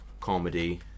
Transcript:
comedy